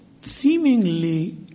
seemingly